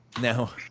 Now